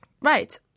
Right